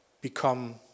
become